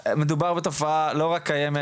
מדובר בתופעה לא רק קיימת,